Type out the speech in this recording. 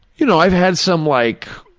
you know, i've had some like